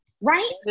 right